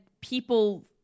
people